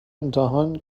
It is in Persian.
امتحان